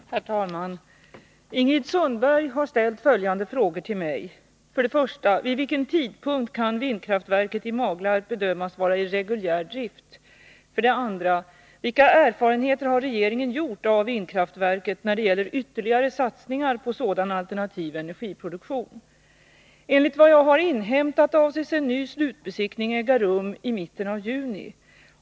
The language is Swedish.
Herr talman! Ingrid Sundberg har ställt följande frågor till mig: 1. Vid vilken tidpunkt kan vindkraftverket i Maglarp bedömas vara i reguljär drift? 2. Vilka erfarenheter har regeringen gjort av vindkraftverket när det gäller ytterligare satsningar på sådan alternativ energiproduktion? Enligt vad jag inhämtat avses en ny slutbesiktning äga rum i mitten av juni.